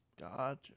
Gotcha